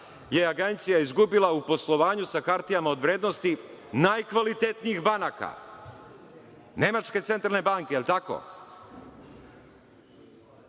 je agencija izgubila u poslovanju sa hartijama u vrednosti, najkvalitetnijih banaka, Nemačke centralne banke, devizni